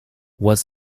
was